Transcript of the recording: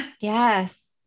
Yes